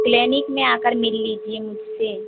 clinic में आकर मिल लीजिए मुझसे